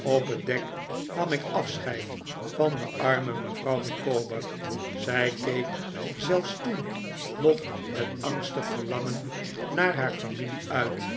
op het dek nam ik afscheid van de arme mevrouw micawber zij keek zelfs toen nog met angstig verlangen naar haar familie uit